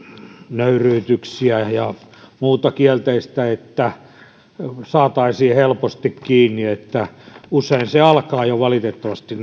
nöyryytyksiä ja muuta kielteistä niin saataisiin helposti kiinni usein se negatiivinen kierre alkaa valitettavasti